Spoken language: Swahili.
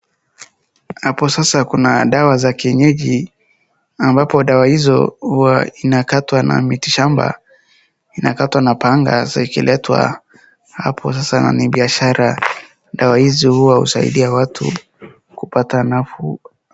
Hapo sasa kuna dawa za kienyeji, ambapo dawa hizo huwa zinakatwa na miti shamba, zinakatwa na panga, zikiletwa hapo sasa ni biashara, dawa hizi huwa zinasaidia watu kupata nafuu.